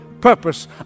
purpose